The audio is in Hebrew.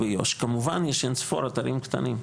כמובן יש אין ספור אתרים קטנים,